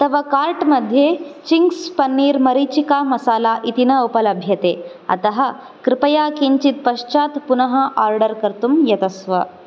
तव कार्ट् मध्ये चिङ्ग्स् पन्नीर् मरीचिका मसाला इति न उपलभ्यते अतः कृपया किञ्चित् पश्चात् पुनः आर्डर् कर्तुं यतस्व